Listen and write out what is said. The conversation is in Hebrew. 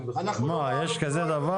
מה, יש כזה דבר?